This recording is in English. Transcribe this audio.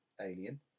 Alien